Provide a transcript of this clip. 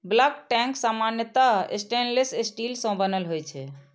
bulk tank सामान्यतः stainless steel सं बनल होइ छै